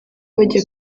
bajya